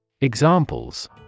Examples